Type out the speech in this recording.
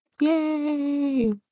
Yay